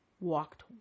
walked